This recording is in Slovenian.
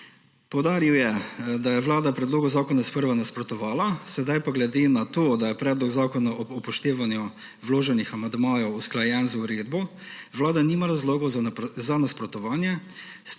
Poudaril je, da je Vlada predlogu zakona sprva nasprotovala, sedaj pa glede na to, da je predlog zakona ob upoštevanju vloženih amandmajev usklajen z uredbo, Vlada nima razlogov za nasprotovanje,